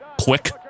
Quick